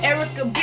Erica